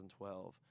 2012